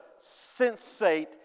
sensate